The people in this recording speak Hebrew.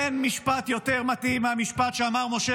אין משפט יותר מתאים מהמשפט שאמר משה